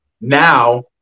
Now